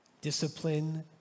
Discipline